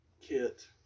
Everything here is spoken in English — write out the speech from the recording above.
kit